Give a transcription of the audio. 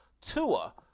Tua